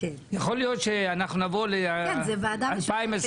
יכול להיות שאנחנו נבוא ל- 2024 ונגיד -- כן,